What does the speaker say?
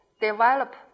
develop